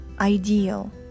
ideal